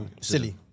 silly